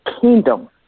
kingdom